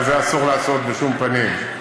ואת זה אסור לעשות בשום פנים,